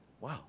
Wow